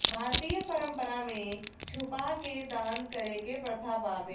भारतीय परंपरा में छुपा के दान करे के प्रथा बावे